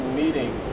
meeting